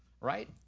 right